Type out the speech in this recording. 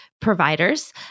providers